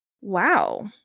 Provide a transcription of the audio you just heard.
wow